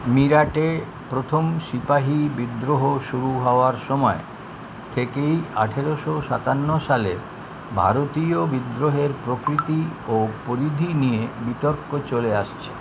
মিরাটে প্রথম সিপাহি বিদ্রোহ শুরু হওয়ার সমায় থেকেই আঠেরোশো সাতান্ন সালে ভারতীয় বিদ্রোহের প্রকৃতি ও পরিধি নিয়ে বিতর্ক চলে আসছে